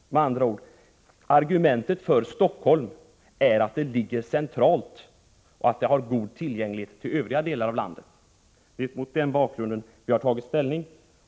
Med andra ord: Argumentet för Stockholm är att det ligger centralt och har god tillgänglighet för övriga delar av landet. Det är mot den bakgrunden vi har tagit ställning.